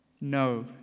No